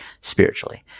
spiritually